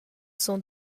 son